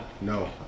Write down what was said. no